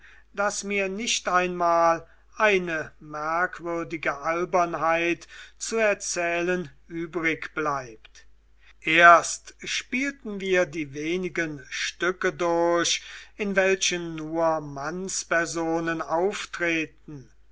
daß mir nicht einmal eine merkwürdige albernheit zu erzählen übrigbleibt erst spielten wir die wenigen stücke durch in welchen nur mannspersonen auftreten